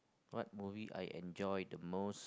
what movie I enjoy the most